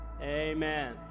Amen